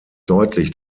deutlich